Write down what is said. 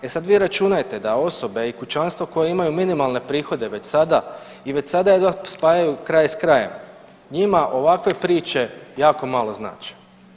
E sad vi računajte da osobe i kućanstva koja imaju minimalne prihode već sada i već sada jedva spajaju kraj s krajem njima ovakve priče jako malo znače.